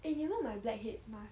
eh you know like black head mask